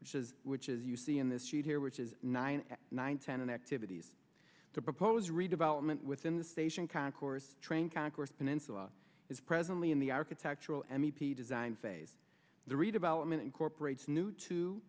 which is which as you see in this sheet here which is nine nine ten and activities to propose redevelopment within the station concourse train concourse peninsula is presently in the architectural m e p design phase the redevelopment incorporates new two